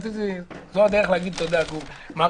זו הדרך להגיד תודה, גור.